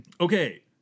Okay